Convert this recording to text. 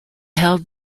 held